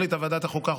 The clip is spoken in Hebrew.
החליטה ועדת החוקה,